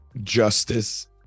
justice